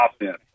offense